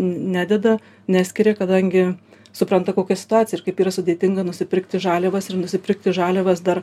nededa neskiria kadangi supranta kokia situacija ir kaip yra sudėtinga nusipirkti žaliavas ir nusipirkti žaliavas dar